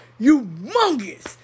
humongous